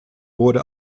wurde